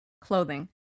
Clothing